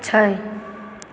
छै